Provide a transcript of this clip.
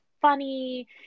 funny